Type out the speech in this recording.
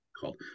called